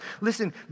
Listen